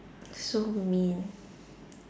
so mean